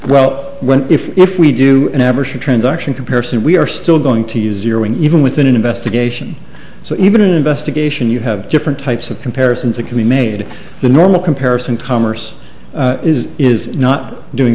well when if we do an average of transaction comparison we are still going to use year when even with an investigation so even an investigation you have different types of comparisons a commune made the normal comparison commerce is is not doing